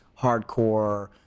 hardcore